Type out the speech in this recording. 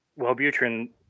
Wellbutrin